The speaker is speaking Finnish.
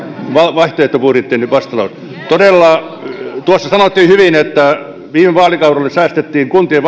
vaihtoehtobudjettinne vastalause tuossa sanottiin hyvin että viime vaalikaudella säästettiin kuntien